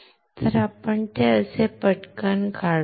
तर आपण ते असे पटकन काढूया